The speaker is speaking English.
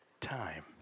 Time